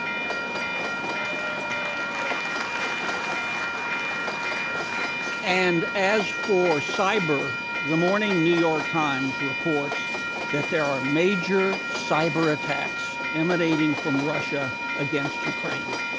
um and as for cyber, the morning new york times reports that there are major cyber attacks emanating from russia against ukraine